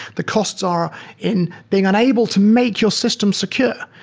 the costs are in being unable to make your system secure.